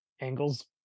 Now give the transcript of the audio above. angles